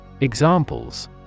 Examples